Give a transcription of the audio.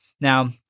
Now